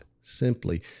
simply